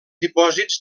dipòsits